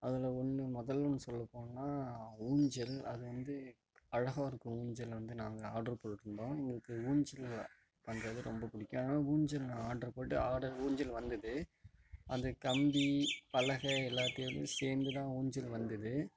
அதில் ஒன்று முதல்லன்னு சொல்லப்போனா ஊஞ்சல் அது வந்து அழகாக இருக்கும் ஊஞ்சல் வந்து நாங்கள் ஆர்ட்ர் போட்யிருந்தோம் எங்களுக்கு ஊஞ்சல் பண்ணுறது ரொம்ப பிடிக்கும் அதனால ஊஞ்சல் ஆர்ட்ரு போட்டு ஆர்டர் ஊஞ்சல் வந்துது அந்த கம்பி பலகை எல்லாத்தயோடையும் சேர்ந்துதான் ஊஞ்சல் வந்துது